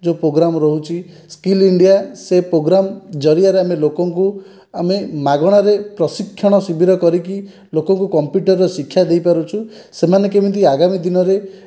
ଯେଉଁ ପ୍ରୋଗ୍ରାମ ରହୁଛି skill India ସେ ପ୍ରୋଗ୍ରାମ ଜରିଆରେ ଆମେ ଲୋକଙ୍କୁ ଆମେ ମାଗଣାରେ ପ୍ରଶିକ୍ଷଣ ଶିବିର କରିକି ଲୋକଙ୍କୁ କମ୍ପୁଟର ଶିକ୍ଷା ଦେଇପାରୁଛୁ ସେମାନେ କେମିତି ଆଗମୀ ଦିନରେ